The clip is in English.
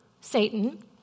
Satan